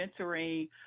mentoring